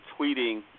tweeting